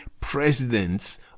presidents